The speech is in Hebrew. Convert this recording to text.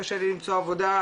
קשה לי למצוא עבודה,